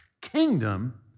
kingdom